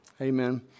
Amen